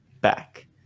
back